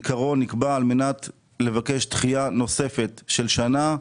עיקרו נקבע על מנת לבקש דחייה נוספת של שנה,